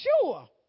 sure